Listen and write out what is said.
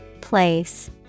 Place